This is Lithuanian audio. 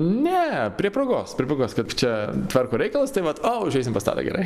ne prie progos prie progos kaip čia tvarko reikalus tai vat o užeisim pas tadą gerai